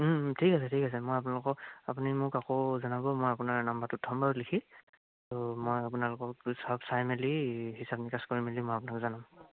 ঠিক আছে ঠিক আছে মই আপোনালোকক আপুনি মোক আকৌ জনাব মই আপোনাৰ নাম্বাৰটো থ'ম বাৰু লিখি ত' মই আপোনালোকক সব চাই মেলি হিচাপ নিকাচ কৰি মেলি মই আপোনাক জনাম